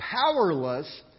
powerless